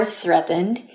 threatened